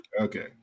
Okay